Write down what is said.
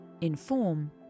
inform